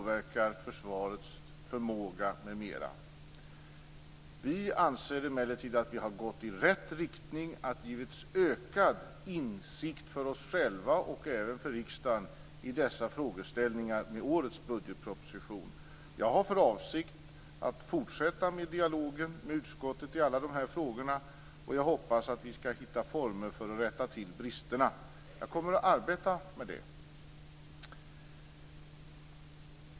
Vi anser emellertid att vi har gått i rätt riktning och att det har givits ökad insikt för oss själva och även för riksdagen i dessa frågeställningar med årets budgetproposition. Jag har för avsikt att fortsätta dialogen med utskottet i alla de här frågorna, och jag hoppas att vi skall hitta former för att rätta till bristerna. Jag kommer att arbeta med det.